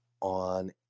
on